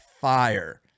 fire